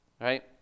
Right